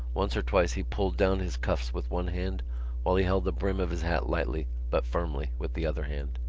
once or twice he pulled down his cuffs with one hand while he held the brim of his hat lightly, but firmly, with the other hand.